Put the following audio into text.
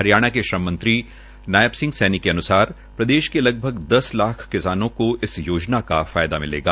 हरियाणा के श्रम मंत्री नायब सिंह सैनी के अन्सार प्रदेश के लगभग दस लाख किसानों को इस योजना का फायदा मिलेगा